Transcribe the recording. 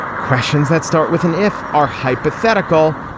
questions that start with an f. are hypothetical.